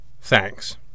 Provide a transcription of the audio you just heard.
Thanks